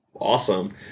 awesome